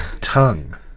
tongue